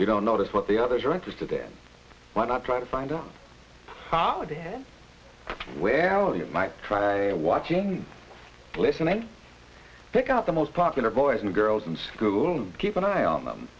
you don't notice what the others are interested in what i'm trying to find on holiday where allan might try watching listening pick up the most popular boys and girls in school and keep an eye on them